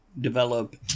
develop